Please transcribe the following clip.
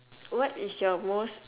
what is your most